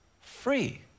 free